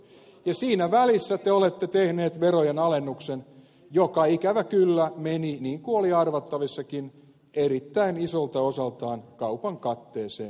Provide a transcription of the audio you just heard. ja siinä välissä te olette tehneet verojen alennuksen joka ikävä kyllä meni niin kuin oli arvattavissakin erittäin isolta osaltaan kaupan katteeseen